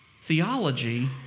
Theology